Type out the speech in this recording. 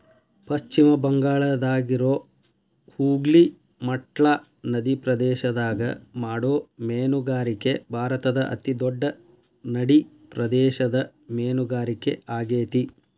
ಪಶ್ಚಿಮ ಬಂಗಾಳದಾಗಿರೋ ಹೂಗ್ಲಿ ಮಟ್ಲಾ ನದಿಪ್ರದೇಶದಾಗ ಮಾಡೋ ಮೇನುಗಾರಿಕೆ ಭಾರತದ ಅತಿ ದೊಡ್ಡ ನಡಿಪ್ರದೇಶದ ಮೇನುಗಾರಿಕೆ ಆಗೇತಿ